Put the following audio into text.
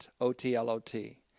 O-T-L-O-T